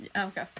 okay